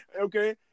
Okay